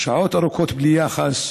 ארוכים מדי, שעות ארוכות בלי יחס,